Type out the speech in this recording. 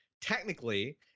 technically